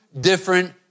different